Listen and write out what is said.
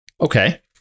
Okay